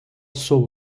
sob